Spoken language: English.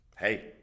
Hey